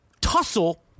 tussle